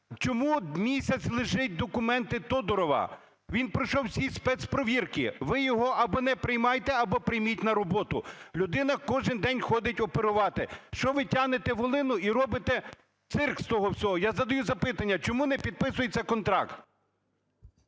Чому місяць лежать документи Тодурова? Він пройшов всі спецпровірки, ви його або не приймайте, або прийміть на роботу. Людина кожен день ходить оперувати. Що ви тягнете волинку і робите цирк з того всього? Я задаю запитання: чому не підписується контракт?